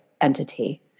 entity